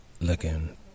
looking